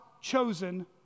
chosen